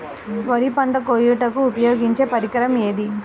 వరి పంట కోయుటకు ఉపయోగించే పరికరం ఏది?